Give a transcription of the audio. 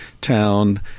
town